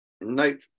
Nope